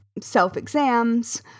self-exams